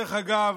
דרך אגב,